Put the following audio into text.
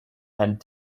and